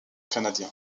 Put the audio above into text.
canadien